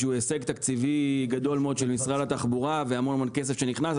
שהוא הישג תקציבי גדול מאוד של משרד התחבורה ובהמון כסף שנכנס.